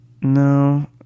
No